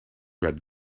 red